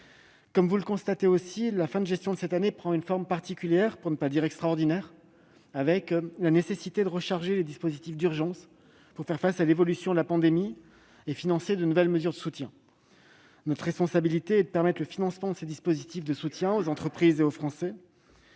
comme pour les ménages. La fin de gestion prend cette année, vous le constatez, une forme particulière, pour ne pas dire extraordinaire, compte tenu de la nécessité de recharger les dispositifs d'urgence pour faire face à l'évolution de la pandémie et financer de nouvelles mesures de soutien. Notre responsabilité est d'assurer le financement de ces dispositifs de soutien aux entreprises et aux Français,